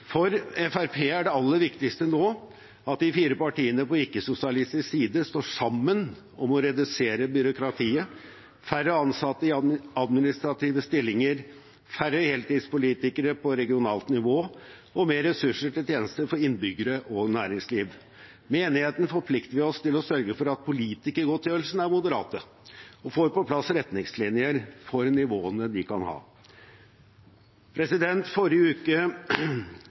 For Fremskrittspartiet er det aller viktigste nå at de fire partiene på ikke-sosialistisk side står sammen om å redusere byråkratiet, med færre ansatte i administrative stillinger, færre heltidspolitikere på regionalt nivå og mer ressurser til tjenester for innbyggere og næringsliv. Med enigheten forplikter vi oss til å sørge for at politikergodtgjørelsene er moderate, og får på plass retningslinjer for nivåene de kan ha. Forrige uke